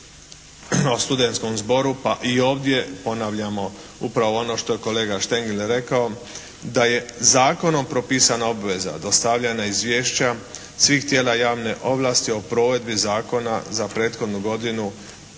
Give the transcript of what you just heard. o studentskom zboru, pa i ovdje ponavljamo upravo ono što je kolega Štengl rekao da je zakonom propisana obveza dostavljana izvješća svih tijela javne ovlasti o provedbi zakona za prethodnu godinu